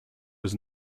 was